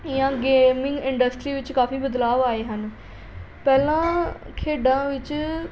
ਜਾਂ gaming industry ਵਿੱਚ ਕਾਫੀ ਬਦਲਾਵ ਆਏ ਹਨ ਪਹਿਲਾਂ ਖੇਡਾਂ ਵਿੱਚ